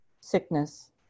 sickness